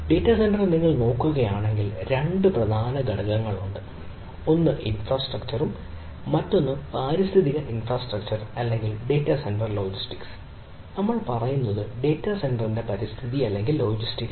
data centre നിങ്ങൾ നോക്കുകയാണെങ്കിൽ രണ്ട് പ്രധാന ഘടകങ്ങളുണ്ട് ഒന്ന് ഇൻഫ്രാസ്ട്രക്ചർ കണക്കുകൂട്ടുക മറ്റൊന്ന് മൊത്തത്തിലുള്ള പാരിസ്ഥിതിക ഇൻഫ്രാസ്ട്രക്ചർ അല്ലെങ്കിൽ ഡാറ്റാ സെന്റർ മറ്റ് ലോജിസ്റ്റിക്സ് നമ്മൾ പറയുന്നത് ഡാറ്റാ സെന്ററിന്റെ പരിസ്ഥിതി അല്ലെങ്കിൽ ലോജിസ്റ്റിക്സ്